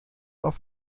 auf